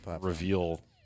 reveal